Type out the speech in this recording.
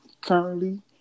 currently